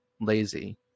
lazy